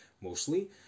mostly